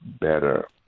better